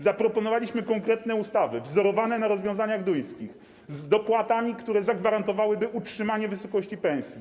Zaproponowaliśmy konkretne ustawy, wzorowane na rozwiązaniach duńskich, z dopłatami, które zagwarantowałyby utrzymanie wysokości pensji.